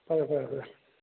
ꯐꯔꯦ ꯐꯔꯦ ꯑꯗꯨꯗꯤ